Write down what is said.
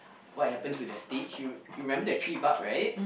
what happened to the stage you you remember the tree bark right